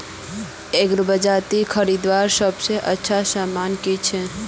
एग्रीबाजारोत खरीदवार सबसे अच्छा सामान की छे?